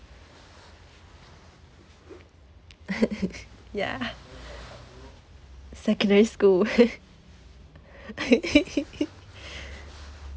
ya secondary school